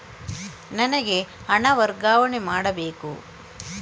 ನನಗೆ ಹಣ ವರ್ಗಾವಣೆ ಮಾಡಬೇಕು